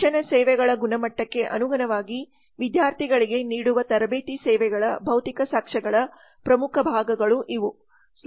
ಶಿಕ್ಷಣ ಸೇವೆಗಳ ಗುಣಮಟ್ಟಕ್ಕೆ ಅನುಗುಣವಾಗಿ ವಿದ್ಯಾರ್ಥಿಗಳಿಗೆ ನೀಡುವ ತರಬೇತಿ ಸೇವೆಗಳ ಭೌತಿಕ ಸಾಕ್ಷ್ಯಗಳ ಪ್ರಮುಖ ಭಾಗಗಳು ಇವು